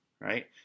right